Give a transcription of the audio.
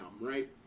right